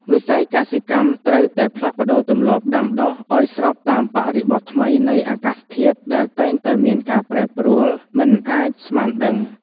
វិស័យកសិកម្មត្រូវតែផ្លាស់ប្តូរទម្លាប់ដាំដុះឱ្យស្របតាមបរិបទថ្មីនៃអាកាសធាតុដែលតែងតែមានការប្រែប្រួលមិនអាចស្មានដឹង។